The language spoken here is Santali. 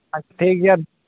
ᱟᱨ ᱴᱷᱤᱠ ᱜᱮᱭᱟ